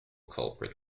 culprit